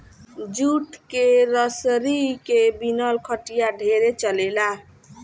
jute के रसरी के बिनल खटिया ढेरे चलेला